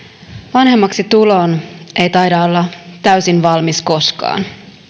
vanhemmaksi tuloon ei taida olla täysin valmis koskaan